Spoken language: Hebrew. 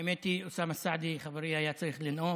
האמת היא שאוסאמה סעדי חברי היה צריך לנאום.